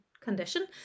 condition